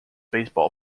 baseball